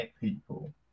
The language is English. people